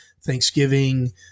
thanksgiving